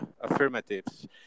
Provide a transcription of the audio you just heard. affirmatives